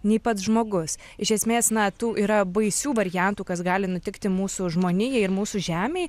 nei pats žmogus iš esmės na tų yra baisių variantų kas gali nutikti mūsų žmonijai ir mūsų žemei